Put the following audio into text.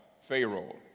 Pharaoh